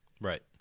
right